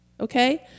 Okay